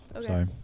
Sorry